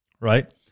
right